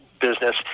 business